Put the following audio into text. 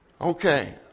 Okay